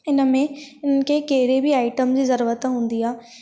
इन में इन्हनि खे कहिड़ी बि आईटम जी ज़रूरत हूंदी आहे